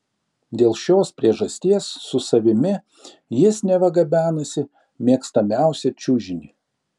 dėl šios priežasties su savimi jis neva gabenasi mėgstamiausią čiužinį